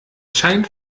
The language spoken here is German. scheint